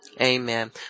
Amen